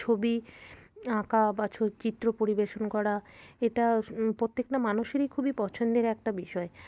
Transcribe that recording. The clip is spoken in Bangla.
ছবি আঁকা বা চিত্র পরিবেশন করা এটা প্রত্যেকটা মানুষেরই খুবই পছন্দের একটা বিষয়